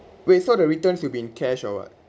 wait so the returns will be in cash or what